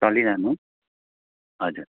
चलिरहनु हजुर